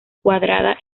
cuadrada